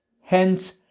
Hence